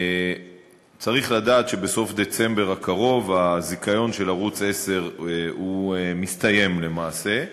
צריך לדעת שבסוף דצמבר הקרוב הזיכיון של ערוץ 10 מסתיים למעשה.